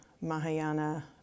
Mahayana